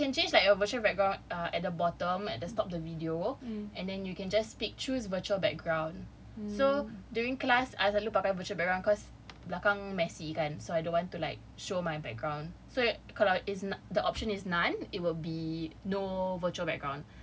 so you can change like your virtual background ah at the bottom at the start of the video and then you can just pick choose virtual background so during class I selalu pakai virtual background cause belakang messy kan so I don't want to like show my background so kalau it's not the option is none it would be no virtual background